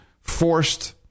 forced